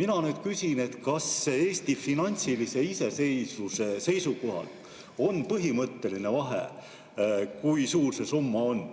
Mina nüüd küsin, kas Eesti finantsilise iseseisvuse seisukohalt on põhimõtteline vahe, kui suur see summa on.